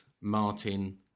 Martin